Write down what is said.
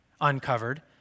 uncovered